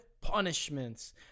punishments